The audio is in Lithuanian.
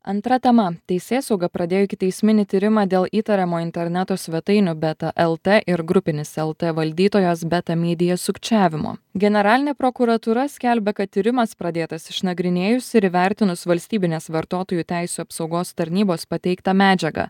antra tema teisėsauga pradėjo ikiteisminį tyrimą dėl įtariamo interneto svetainių beta lt ir grupinis lt valdytojos beta media sukčiavimo generalinė prokuratūra skelbia kad tyrimas pradėtas išnagrinėjus ir įvertinus valstybinės vartotojų teisių apsaugos tarnybos pateiktą medžiagą